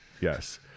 Yes